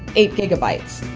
eight gigabytes.